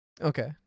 Okay